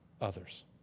Others